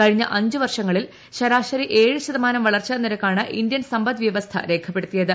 കഴിഞ്ഞ അഞ്ച് പ്ർഷങ്ങളിൽ ശരാശരി ഏഴ് ശതമാനം വളർച്ചാ നിരക്കാണ് ഇന്ത്യൻ സമ്പദ്വൃവസ്ഥ രേഖപ്പെടുത്തിയത്